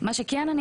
מה שכן אומר